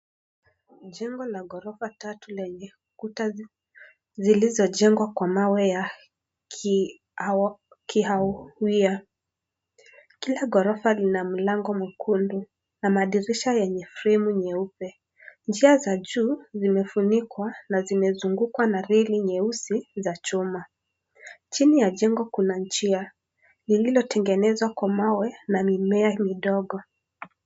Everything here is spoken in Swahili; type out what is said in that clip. Jengo lenye gorofa tatu lenye kuta zilizojengwa kwa mawe ya kihawia, kila gorofa lina mlango mwekundu na madirisha yenye fremu nyeupe, njia za juu zimefunikwa na zimezungukwa na reli nyeusi za chuma, chini ya jengo kuna njia iliyo tengenezwa kwa mawe na mimea midogo.